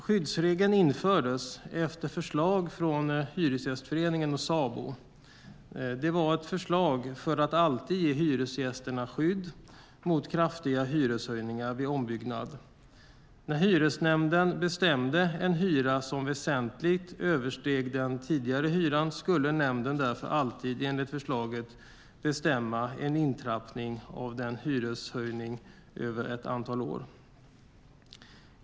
Skyddsregeln infördes efter förslag från Hyresgästföreningen och Sabo. Det var ett förslag för att alltid ge hyresgästerna skydd mot kraftiga hyreshöjningar vid ombyggnad. När hyresnämnden bestämde en hyra som väsentligt översteg den tidigare hyran skulle nämnden därför alltid enligt förslaget bestämma en upptrappning av hyreshöjningen över ett antal år.